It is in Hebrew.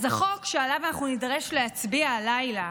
אז החוק שעליו אנחנו נידרש להצביע הלילה